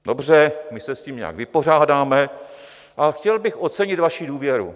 Dobře, my se s tím nějak vypořádáme, ale chtěl bych ocenit vaši důvěru.